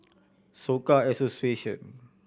Soka Association